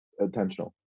intentional